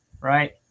right